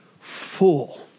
full